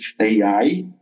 AI